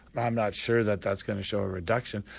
i'm not sure that that's going to show a reduction.